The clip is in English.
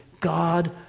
God